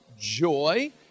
joy